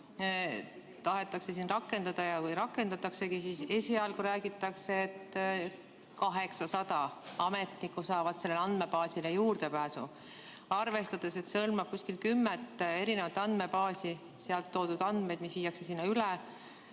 tahetakse rakendada ja kui rakendataksegi, siis esialgu räägitakse, et 800 ametnikku saavad sellele andmebaasile juurdepääsu. Arvestades, et see hõlmab umbes kümmet andmebaasi, andmeid, mis viiakse sinna üle,